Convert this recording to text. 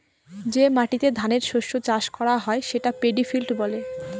যে মাটিতে ধানের শস্য চাষ করা হয় সেটা পেডি ফিল্ড বলে